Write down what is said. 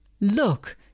Look